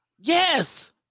Yes